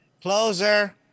Closer